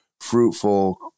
fruitful